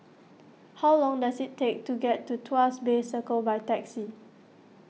how long does it take to get to Tuas Bay Circle by taxi